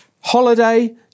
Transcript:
Holiday